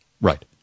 Right